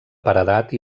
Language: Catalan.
paredat